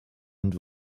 and